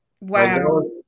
Wow